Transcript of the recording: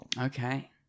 Okay